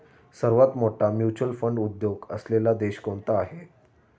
सर्वात मोठा mutual fund उद्योग असलेला देश कोणता आहे?